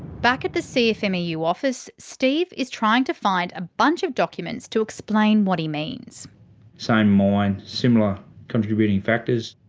back at the cfmeu office office steve is trying to find a bunch of documents to explain what he means. same mine. similar contributing factors.